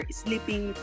sleeping